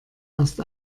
erst